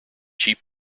cheap